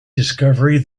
discovery